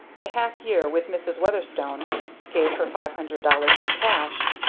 a half year with mrs. weatherstone gave her five hundred dollars in cash,